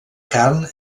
carn